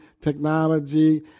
technology